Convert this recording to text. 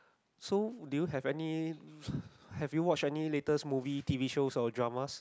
so do you have any have you watched any latest movie t_v show or dramas